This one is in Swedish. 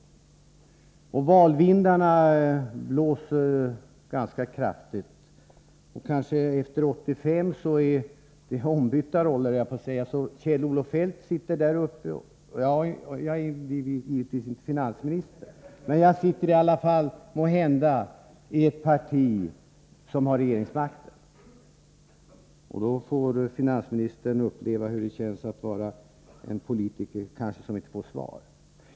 Valvindarna blåser ganska kraftigt, och efter 1985 är det kanske ombytta roller, så att Kjell-Olof Feldt sitter där uppe igen. Jag kommer givetvis inte att bli finansminister. Men jag sitter måhända i ett parti som har regeringsmakten, och finansministern kanske får uppleva hur det känns att ställa frågor som inte besvaras.